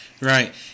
right